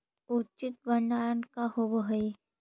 उचित भंडारण का होव हइ?